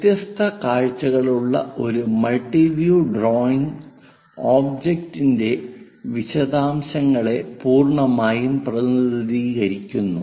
വ്യത്യസ്ത കാഴ്ചകളുള്ള ഒരു മൾട്ടി വ്യൂ ഡ്രോയിംഗ് ഒബ്ജക്റ്റിന്റെ വിശദാംശങ്ങളെ പൂർണ്ണമായും പ്രതിനിധീകരിക്കുന്നു